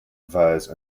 verse